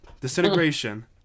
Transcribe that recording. Disintegration